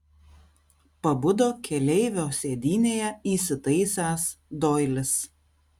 pabudo keleivio sėdynėje įsitaisęs doilis